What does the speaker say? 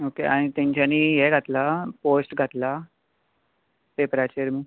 आनी तेंच्यानी ये घातलां पोस्ट घातलां पेपराचेर